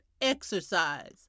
exercise